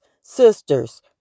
sisters